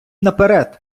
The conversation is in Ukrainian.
наперед